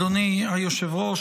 אדוני היושב-ראש,